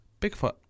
Bigfoot